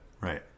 Right